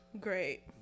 great